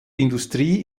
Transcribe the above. industrie